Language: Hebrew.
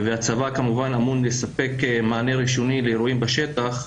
והצבא אמור לספק מענה ראשוני לאירועים בשטח,